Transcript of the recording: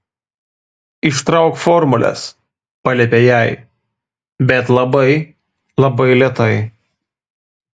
ištrauk formules paliepė jai bet labai labai lėtai